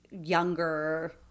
Younger